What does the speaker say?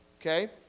okay